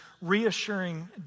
reassuring